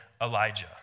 Elijah